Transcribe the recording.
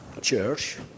church